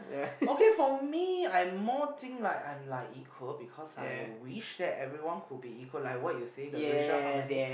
okay for me I more think like I'm like equal because I wish that everyone could be equal like what you said the racial harmony